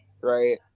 right